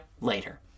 later